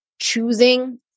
choosing